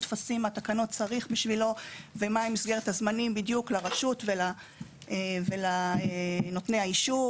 טפסים בתקנות צריך בשבילו ומהי מסגרת הזמנים בדיוק לרשות ולנותני האישור.